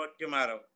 tomorrow